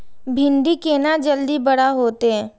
भिंडी केना जल्दी बड़ा होते?